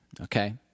okay